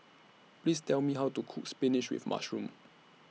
Please Tell Me How to Cook Spinach with Mushroom